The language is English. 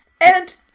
And-